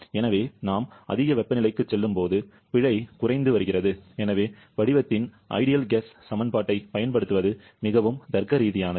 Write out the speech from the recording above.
எனவே நாம் அதிக வெப்பநிலைக்குச் செல்லும்போது பிழை குறைந்து வருகிறது எனவே வடிவத்தின் சிறந்த வாயு சமன்பாட்டைப் பயன்படுத்துவது மிகவும் தர்க்கரீதியானது